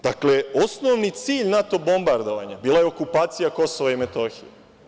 Dakle, osnovni cilj NATO bombardovanja bila je okupacija Kosova i Metohije.